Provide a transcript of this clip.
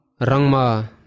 rangma